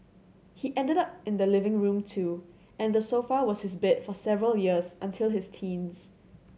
he ended up in the living room too and the sofa was his bed for several years until his teens